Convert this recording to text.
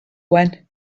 when